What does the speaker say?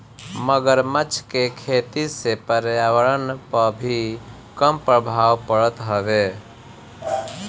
मगरमच्छ के खेती से पर्यावरण पअ भी कम प्रभाव पड़त हवे